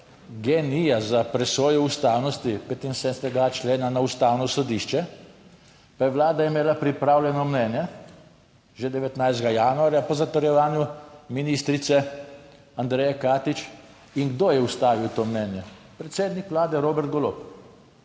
GEN-I za presojo ustavnosti 75. člena na Ustavno sodišče. Pa je vlada imela pripravljeno mnenje. Že 19. januarja po zatrjevanju ministrice Andreje Katič. in kdo je ustavil to mnenje, predsednik Vlade Robert Golob.